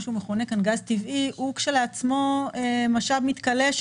שהוא מכונה כאן "גז טבעי" הוא כשלעצמו משאב מתכלה,